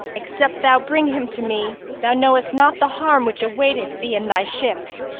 except thou bring him to me, thou knowest not the harm which awaiteth thee and thy ship.